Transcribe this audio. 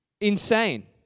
insane